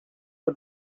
for